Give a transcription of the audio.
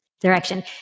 direction